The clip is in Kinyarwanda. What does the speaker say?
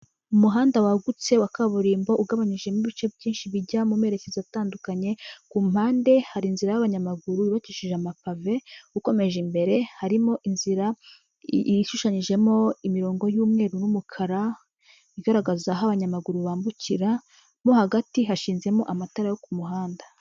Umuhanda wagutse wa kaburimbo, ugabanyijemo ibice byinshi bijya mu merekezo atandukanye, ku mpande hari inzira y'abanyamaguru yubakishije amapave, ukomeje imbere, harimo inzira yishushanyijemo imirongo y'umweru n'umukara, igaragaza aho abanyamaguru bambukira, mo hagati hashinzemo amatara yo ku muhanda.